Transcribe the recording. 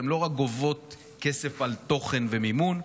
הן לא רק גובות כסף על תוכן ומימון.